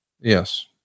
Yes